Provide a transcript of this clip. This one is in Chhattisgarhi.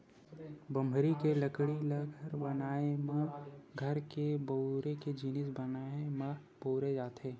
बमरी के लकड़ी ल घर बनाए म, घर के बउरे के जिनिस बनाए म बउरे जाथे